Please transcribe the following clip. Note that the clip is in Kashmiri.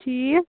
ٹھیٖک